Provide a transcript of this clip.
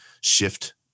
shift